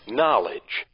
knowledge